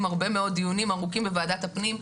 הרבה מאוד דיונים ארוכים בוועדת הפנים,